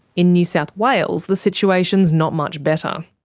in new south wales the situation's not much better. um